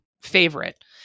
favorite